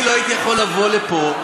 אני לא הייתי יכול לבוא לפה,